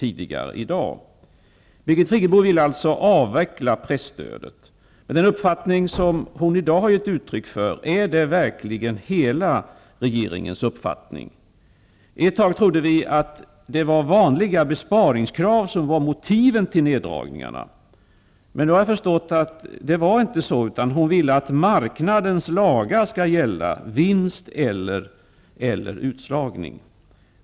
Birgit Friggebo vill alltså avveckla presstödet. Är den uppfattning hon i dag har gett uttryck för verkligen hela regeringens uppfattning? Ett tag trodde vi att det var vanliga besparingskrav som var motiven till neddragningarna, men nu har jag förstått att det inte var så, utan att Birgit Friggebo vill att marknadens lagar -- vinst eller utslagning -- skall gälla.